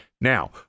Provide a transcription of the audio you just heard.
now